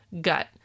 gut